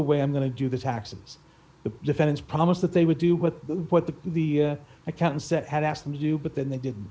way i'm going to do the taxes the defense promised that they would do with what the the accountant said had asked them to do but then they did